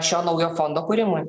šio naujo fondo kūrimui